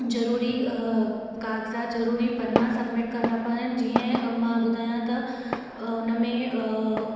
ज़रूरी कागज़ाति ज़रूरी पना सबमिट करिणा पवंदा आहिनि जीअं मां ॿुधायां त हुन में